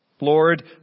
Lord